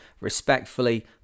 respectfully